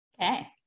Okay